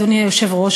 אדוני היושב-ראש,